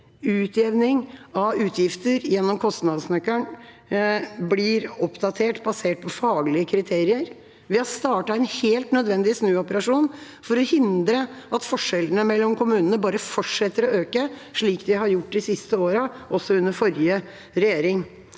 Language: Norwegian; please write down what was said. Utjevning av utgifter gjennom kostnadsnøkkelen blir oppdatert basert på faglige kriterier. Vi har startet en helt nødvendig snuoperasjon for å hindre at forskjellene mellom kommunene bare fortsetter å øke, slik de har gjort de siste årene, også under forrige regjering.